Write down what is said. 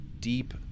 deep